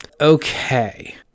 okay